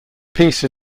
piece